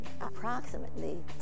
approximately